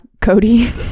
cody